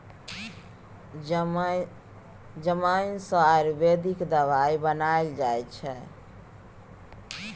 जमैन सँ आयुर्वेदिक दबाई बनाएल जाइ छै